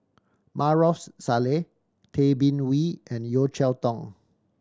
Maarof Salleh Tay Bin Wee and Yeo Cheow Tong